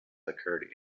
occurred